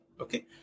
Okay